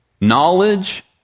knowledge